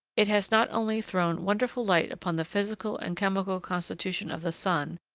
it has not only thrown wonderful light upon the physical and chemical constitution of the sun,